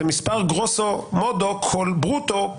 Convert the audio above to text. זהו מספר Grosso modo, called brutto,